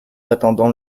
attendons